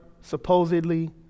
supposedly